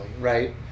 right